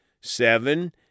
Seven